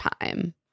time